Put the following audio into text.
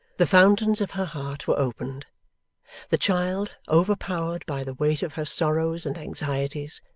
the fountains of her heart were opened the child, overpowered by the weight of her sorrows and anxieties,